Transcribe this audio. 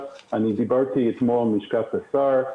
דיברתי אתמול עם לשכת השר.